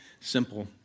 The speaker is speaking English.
simple